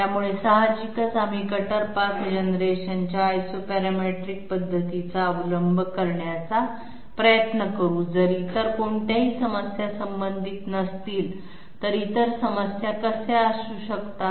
त्यामुळे साहजिकच आम्ही कटर पाथ जनरेशनच्या आयसोपॅरेमेट्रिक पद्धतीचा अवलंब करण्याचा प्रयत्न करू जर इतर कोणत्याही समस्या संबंधित नसतील तर इतर समस्या कशा असू शकतात